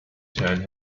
turn